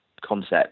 concept